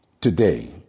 today